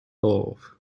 doolhof